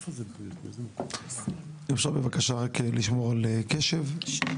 יש שתי